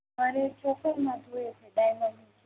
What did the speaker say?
મારે ચોકરમાં જોઈએ છે ડાયમંડનું ચોકર